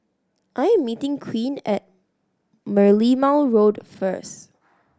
I am meeting Queen at Merlimau Road first